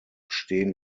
stehen